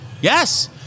Yes